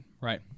right